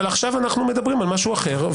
אבל עכשיו אנחנו מדברים על משהו אחר,